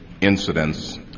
incidents